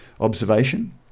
observation